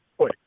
Oi